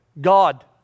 God